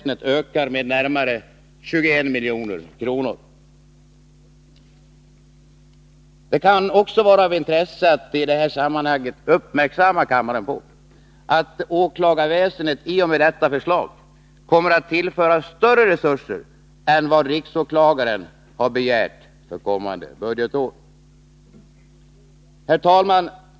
Det Det kan också vara av intresse att i detta sammanhang uppmärksamma Torsdagen den kammaren på att åklagarväsendet i och med detta förslag kommer att 24 mars 1983 tillföras större resurser än vad riksåklagaren har begärt för kommande budgetår. Herr talman!